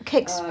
cakes